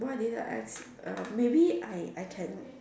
what did I uh maybe I I can